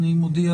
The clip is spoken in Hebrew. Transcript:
אני מודיע